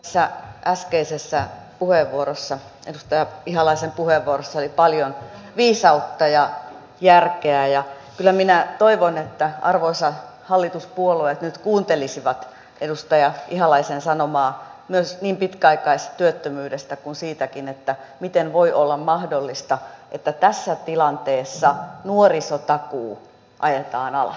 tässä äskeisessä puheenvuorossa edustaja ihalaisen puheenvuorossa oli paljon viisautta ja järkeä ja kyllä minä toivon että arvoisat hallituspuolueet nyt kuuntelisivat edustaja ihalaisen sanomaa niin pitkäaikaistyöttömyydestä kuin siitäkin miten voi olla mahdollista että tässä tilanteessa nuorisotakuu ajetaan alas